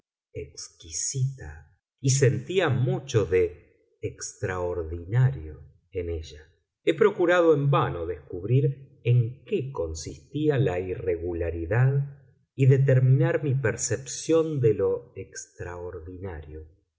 exquisita y sentía mucho de extraordinario en ella he procurado en vano descubrir en qué consistía la irregularidad y determinar mi percepción de lo extraordinario